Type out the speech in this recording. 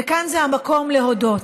וכאן זה המקום להודות,